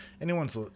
anyone's